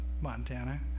Montana